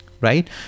right